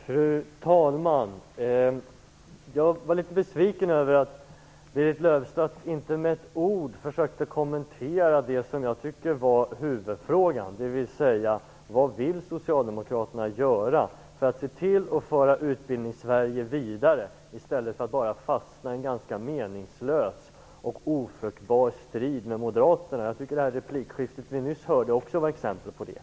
Fru talman! Jag blev litet besviken över att Berit Löfstedt inte med ett ord kommenterade det som jag tyckte var huvudfrågan, dvs. vad socialdemokraterna vill göra för att se till att föra Utbildningssverige vidare i stället för att bara fastna i en ganska meningslös och ofruktbar strid med moderaterna. Det replikskifte som vi nyss hörde var också ett exempel på detta.